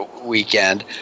weekend